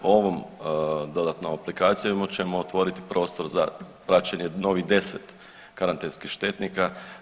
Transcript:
Ovom dodatnom aplikacijom ćemo otvoriti prostor za praćenje novih 10 karantenskih štetnika.